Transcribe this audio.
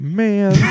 man